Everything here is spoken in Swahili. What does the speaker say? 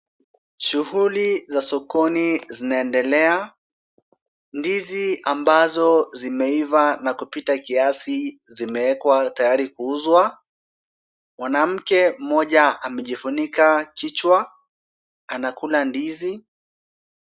Shughuli za sokoni zinaendelea, ndizi ambazo zimeiva na kupita kiasi zimeekwa tayari kuuzwa. Mwanamke mmoja amejifunika kichwa, anakula ndizi.